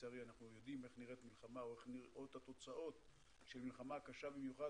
לצערי אנחנו יודעים איך נראות התוצאות של מלחמה קשה במיוחד,